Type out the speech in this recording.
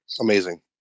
Amazing